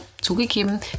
zugegeben